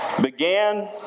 began